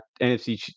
NFC